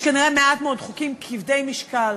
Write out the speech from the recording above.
יש כנראה מעט מאוד חוקים כבדי משקל